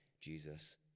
Jesus